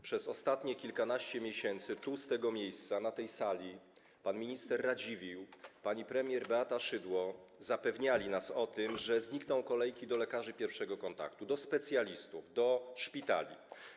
Przez ostatnie kilkanaście miesięcy tu, z tego miejsca, na tej sali pan minister Radziwiłł, pani premier Beata Szydło zapewniali nas o tym, że znikną kolejki do lekarzy pierwszego kontaktu, do specjalistów, do szpitali.